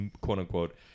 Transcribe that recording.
quote-unquote